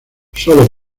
solo